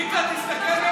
צביקה, תסתכל,